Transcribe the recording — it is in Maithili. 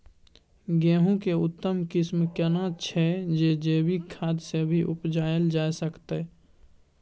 गेहूं के उत्तम किस्म केना छैय जे जैविक खाद से भी उपजायल जा सकते?